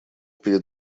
перед